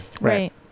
right